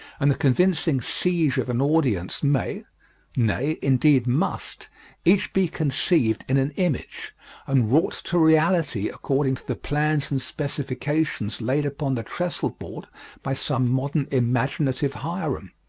and the convincing siege of an audience may nay indeed must each be conceived in an image and wrought to reality according to the plans and specifications laid upon the trestle board by some modern imaginative hiram.